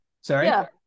Sorry